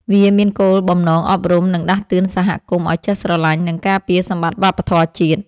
វាមានគោលបំណងអប់រំ និងដាស់តឿនសហគមន៍ឱ្យចេះស្រឡាញ់ និងការពារសម្បត្តិវប្បធម៌ជាតិ។